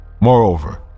Moreover